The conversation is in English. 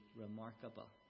remarkable